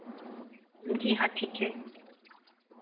जी हाँ ठीक है